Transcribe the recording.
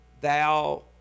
thou